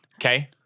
Okay